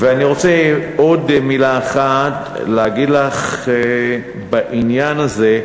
אני רוצה עוד מילה אחת להגיד לך בעניין הזה: